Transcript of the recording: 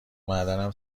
معدنم